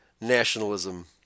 nationalism